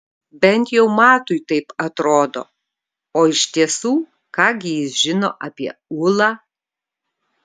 bent jau matui taip atrodo o iš tiesų ką gi jis žino apie ūlą